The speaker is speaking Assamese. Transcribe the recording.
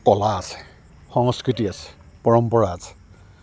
কলা আছে সংস্কৃতি আছে পৰম্পৰা আছে